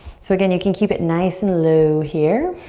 so again, you can keep it nice and low here.